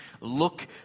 look